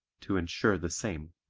to insure the same.